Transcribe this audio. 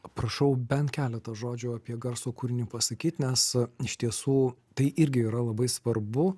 prašau bent keletą žodžių apie garso kūrinį pasakyt nes iš tiesų tai irgi yra labai svarbu